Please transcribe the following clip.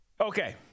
Okay